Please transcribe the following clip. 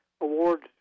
awards